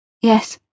Yes